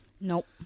Nope